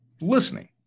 listening